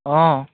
অঁ